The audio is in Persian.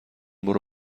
برو